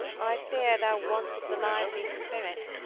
i fear thou wants the lively spirit,